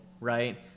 right